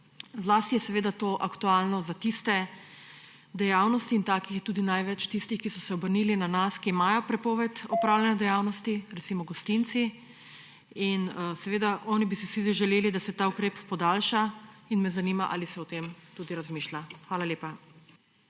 Zlasti je seveda to aktualno za dejavnosti tistih – in takih je tudi največ med tistimi, ki so se obrnili na nas – ki imajo prepoved opravljanja dejavnosti, recimo gostinci. Oni bi si seveda vsi zdaj želeli, da se ta ukrep podaljša, in me zanima, ali se tudi o tem razmišlja. Hvala lepa.